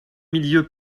milieu